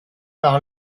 par